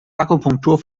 akupunktur